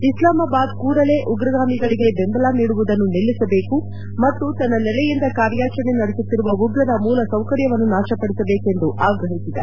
ಇಸ್ಲಾಮಾಬಾದ್ ಕೂಡಲೇ ಉಗ್ರಗಾಮಿಗಳಿಗೆ ಬೆಂಬಲ ನೀಡುವುದನ್ನು ನಿಲ್ಲಿಸಬೇಕು ಮತ್ತು ತನ್ನ ನೆಲೆಯಿಂದ ಕಾರ್ಯಾಚರಣೆ ನಡೆಸುತ್ತಿರುವ ಉಗ್ರರ ಮೂಲಸೌಕರ್ತವನ್ನು ನಾಶಪಡಿಸಬೇಕು ಎಂದು ಆಗ್ರಹಿಸಿದೆ